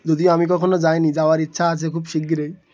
যদিও আমি কখনো যাই নি যাওয়ার ইচ্ছা আছে খুব শিগগিরি